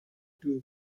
two